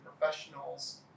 professionals